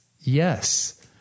Yes